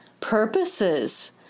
purposes